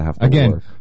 Again